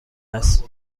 هست